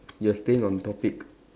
you are staying on topic